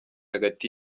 hagati